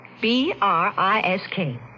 B-R-I-S-K